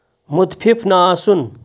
مُتفِف نہٕ آسُن